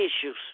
issues